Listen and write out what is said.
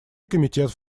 комитет